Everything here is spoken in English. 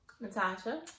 Natasha